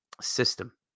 system